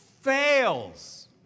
fails